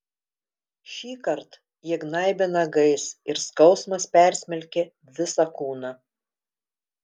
šįkart jie gnaibė nagais ir skausmas persmelkė visą kūną